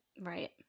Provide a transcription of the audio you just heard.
Right